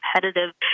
competitive